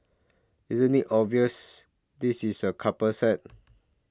isn't it obvious this is a couple set